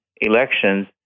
elections